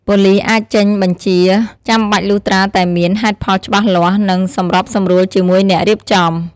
ប៉ូលិសអាចចេញបញ្ជាចាំបាច់លុះត្រាតែមាន ហេតុផលច្បាស់លាស់ និង សម្របសម្រួលជាមួយអ្នករៀបចំ។